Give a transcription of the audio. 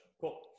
Cool